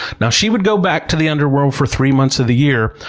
now, she would go back to the underworld for three months of the year.